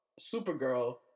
Supergirl